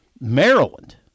Maryland